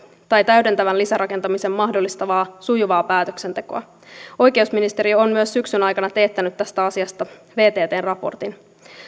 tai täydentävän lisärakentamisen mahdollistavaa sujuvaa päätöksentekoa oikeusministeriö on myös syksyn aikana teettänyt tästä asiasta vttn raportin